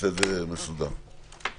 ישולב כתיקון לחוק המסגרת